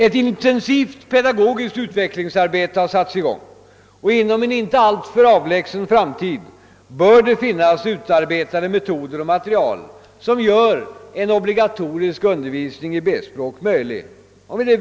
Ett intensivt pedagogiskt utvecklingsarbete har satts i gång, och inom en inte alltför avlägsen framtid bör det finnas utarbetade metoder och material som gör en obligatorisk undervisning i B-språk möjlig.